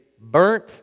burnt